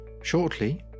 Shortly